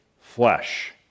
flesh